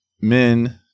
men